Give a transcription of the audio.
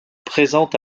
présente